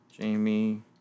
Jamie